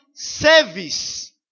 service